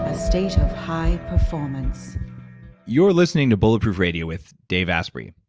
a state of high performance you are listening to bulletproof radio with dave asprey.